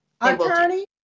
Attorney